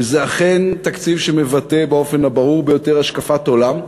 וזה אכן תקציב שמבטא באופן הברור ביותר השקפת עולם.